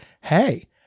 hey